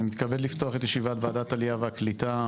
אני מתכבד לפתוח את ישיבת וועדת העלייה והקליטה,